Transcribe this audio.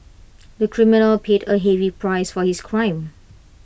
the criminal paid A heavy price for his crime